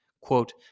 Quote